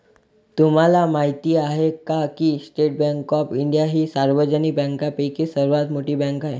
तुम्हाला माहिती आहे का की स्टेट बँक ऑफ इंडिया ही सार्वजनिक बँकांपैकी सर्वात मोठी बँक आहे